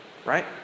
Right